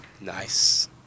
Nice